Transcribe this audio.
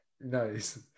nice